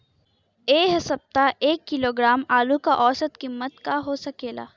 एह सप्ताह एक किलोग्राम आलू क औसत कीमत का हो सकेला?